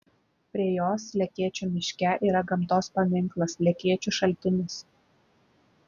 prie jos lekėčių miške yra gamtos paminklas lekėčių šaltinis